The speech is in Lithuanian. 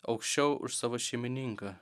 aukščiau už savo šeimininką